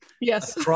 Yes